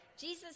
Jesus